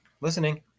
Listening